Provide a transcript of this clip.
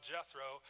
Jethro